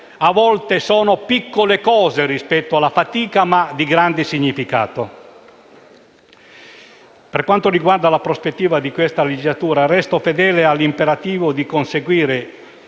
a volte, sono piccole cose rispetto alla fatica, ma di grande significato. Per quanto riguarda la prospettiva di questa legislatura, resto fedele all'imperativo di conseguire